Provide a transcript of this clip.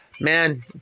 man